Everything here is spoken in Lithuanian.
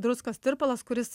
druskos tirpalas kuris